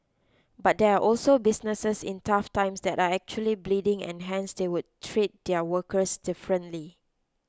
but there are also businesses in tough times that are actually bleeding and hence they would treat their workers differently